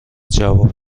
جواب